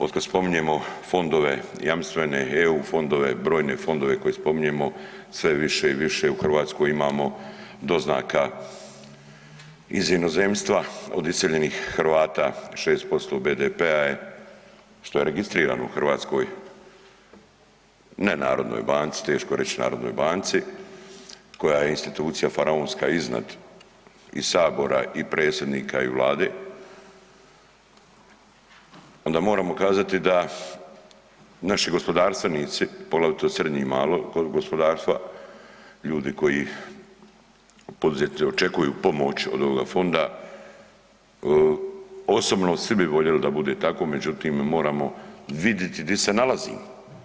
Otkad spominjemo fondove jamstvene, EU fondove, brojne fondove koje spominjemo, sve više i više u Hrvatskoj imamo doznaka iz inozemstva od iseljenih Hrvata, 6% BDP-a je što je registrirano u Hrvatskoj, ne narodnoj banci, teško je reć narodnoj banci koja je institucija faraonska iznad i sabora i predsjednika i vlade, onda moramo kazati da naši gospodarstvenici poglavito srednje i malo gospodarstva, ljudi koji, poduzetnici očekuju pomoć od ovoga fonda, osobno svi bi voljeli da bude tako, međutim moramo viditi di se nalazimo.